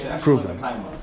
proven